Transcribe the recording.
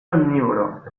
omnívoro